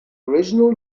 original